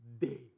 day